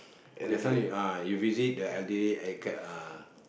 just now you uh visit the elderly at uh